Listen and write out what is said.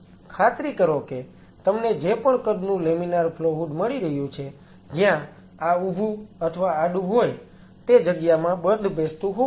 ખાતરી કરો કે તમને જે પણ કદનું લેમિનાર ફ્લો હૂડ મળી રહ્યું છે જ્યાં આ ઊભું અથવા આડુ હોય તે જગ્યામાં બંધબેસતું હોવું જોઈએ